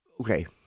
okay